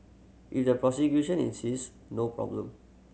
if the prosecution insists no problem